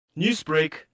Newsbreak